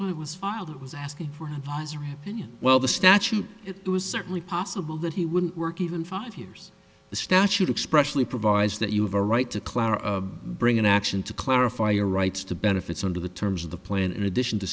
was filed was asking for a new well the statute it was certainly possible that he wouldn't work even five years the statute expression improvised that you have a right to clara bring an action to clarify your rights to benefits under the terms of the plan in addition to